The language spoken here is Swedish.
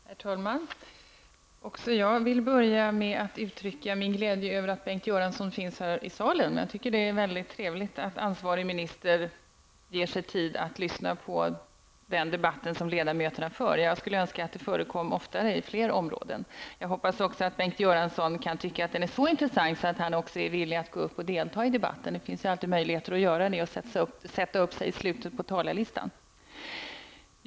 Herr talman! Också jag vill börja med att uttrycka min glädje över att Bengt Göransson finns här i salen. Jag tycker att det är trevligt att ansvarig minister ger sig tid att lyssna på den debatt som ledamöterna för. Jag skulle önska att det förekom oftare på flera områden. Jag hoppas att Bengt Göransson också kan tycka att debatten är så intressant att han även är villig att gå upp och delta i den. Det finns ju alltid möjlighet att sätta upp sig i slutet av talarlistan.